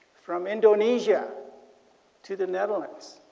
from indonesia to the netherlands.